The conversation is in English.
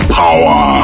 power